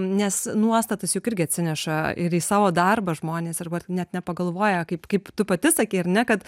nes nuostatas juk irgi atsineša ir į savo darbą žmonės arba net nepagalvoja kaip kaip tu pati sakei ar ne kad